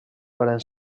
varen